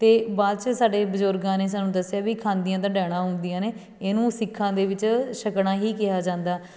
ਅਤੇ ਬਾਅਦ 'ਚ ਸਾਡੇ ਬਜ਼ੁਰਗਾਂ ਨੇ ਸਾਨੂੰ ਦੱਸਿਆ ਵੀ ਖਾਂਦੀਆਂ ਤਾਂ ਡੈਣਾਂ ਹੁੰਦੀਆਂ ਨੇ ਇਹਨੂੰ ਸਿੱਖਾਂ ਦੇ ਵਿੱਚ ਛਕਣਾ ਹੀ ਕਿਹਾ ਜਾਂਦਾ